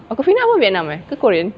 awkwafina pun vietnam eh ke korean